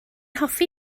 hoffi